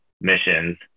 missions